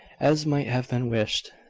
as might have been wished.